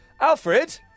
Alfred